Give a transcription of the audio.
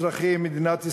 אזרחי מדינת ישראל,